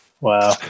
Wow